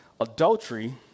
Adultery